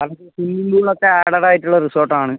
നമുക്ക് സ്വിമ്മിംഗ് പൂളൊക്കെ ആഡഡായിട്ടുള്ള റിസോട്ടാണ്